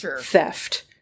theft